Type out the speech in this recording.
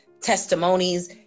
testimonies